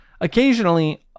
Occasionally